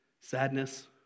sadness